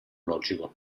logico